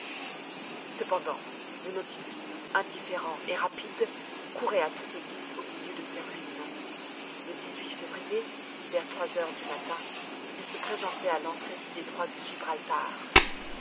cependant le nautilus indifférent et rapide courait à toute hélice au milieu de ces ruines le février vers trois heures du matin il se présentait à l'entrée du détroit de gibraltar